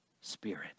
spirit